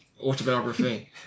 autobiography